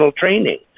training